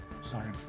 Sorry